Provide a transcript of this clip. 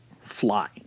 fly